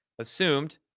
assumed